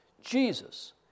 Jesus